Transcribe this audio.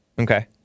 Okay